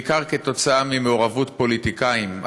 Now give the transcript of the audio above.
בעיקר כתוצאה ממעורבות פוליטיקאים,